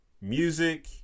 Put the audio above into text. music